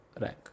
rank